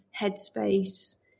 headspace